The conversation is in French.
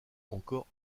encore